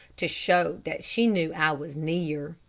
to show that she knew i was near.